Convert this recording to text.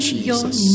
Jesus